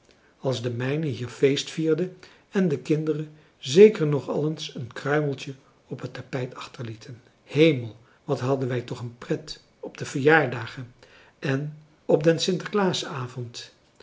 als de mijne hier feestvierde en de kinderen zeker nog al eens een kruimeltje op het tapijt achterlieten hemel wat hadden wij toch een pret op de verjaardagen en op den